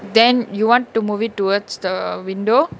then you want to move it towards the window